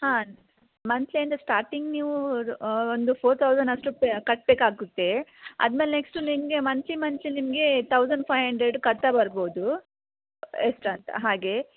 ಹಾಂ ಮಂತ್ಲಿ ಅಂದರೆ ಸ್ಟಾರ್ಟಿಂಗ್ ನೀವು ಒಂದು ಫೋರ್ ತೌಸೆಂಡ್ ಅಷ್ಟು ಪೇ ಕಟ್ಬೇಕಾಗುತ್ತೆ ಅದ್ರ್ ಮೇಲೆ ನೆಕ್ಸ್ಟು ನಿಮಗೆ ಮಂತ್ಲಿ ಮಂತ್ಲಿ ನಿಮಗೆ ತೌಸೆಂಡ್ ಫೈಯ್ ಹಂಡ್ರೆಡ್ ಕಟ್ತಾ ಬರ್ಬೋದು ಎಷ್ಟಂತ ಹಾಗೇ